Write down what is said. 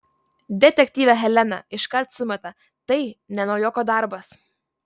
detektyvė helena iškart sumeta tai ne naujoko darbas